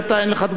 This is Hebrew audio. אין לך תגובה,